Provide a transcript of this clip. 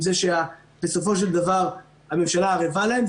זה שבסופו של דבר הממשלה ערבה להן,